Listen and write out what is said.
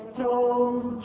told